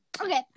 Okay